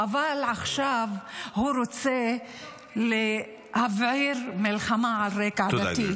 אבל עכשיו הוא רוצה להבעיר מלחמה על רקע דתי,